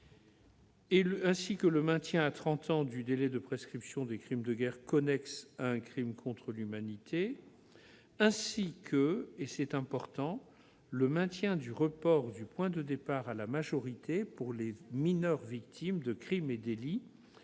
un an, le maintien à trente ans du délai de prescription des crimes de guerre connexes à un crime contre l'humanité ainsi que- c'est important ! -le maintien du report du point de départ à la majorité pour les mineurs victimes de crimes et délits